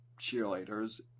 cheerleaders